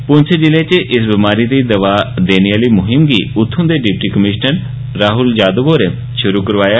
पुंछ जिले च इस बमारी दी दवा देने आली मुहिम गी उत्थूं दे डिप्टी कमीषनर राहल यादव होरें षुरू करोआया